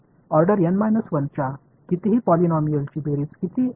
order n 1 च्या कितीही पॉलिनॉमियलची बेरीज किती आहे